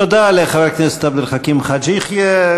תודה לחבר הכנסת עבד אל חכים חאג' יחיא.